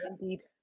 indeed